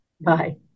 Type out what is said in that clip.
Bye